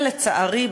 שלצערי,